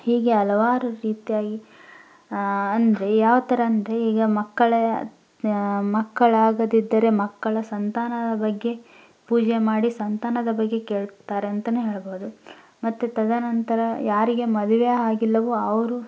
ಹೀಗೆ ಹಲವಾರು ರೀತಿಯಾಗಿ ಅಂದರೆ ಯಾವ ಥರ ಅಂದರೆ ಈಗ ಮಕ್ಕಳು ಮಕ್ಕಳಾಗದಿದ್ದರೆ ಮಕ್ಕಳ ಸಂತಾನದ ಬಗ್ಗೆ ಪೂಜೆ ಮಾಡಿ ಸಂತಾನದ ಬಗ್ಗೆ ಕೇಳ್ತಾರೆ ಅಂತಲೇ ಹೇಳ್ಬೋದು ಮತ್ತು ತದನಂತರ ಯಾರಿಗೆ ಮದುವೆ ಆಗಿಲ್ಲವೋ ಅವರು